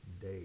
day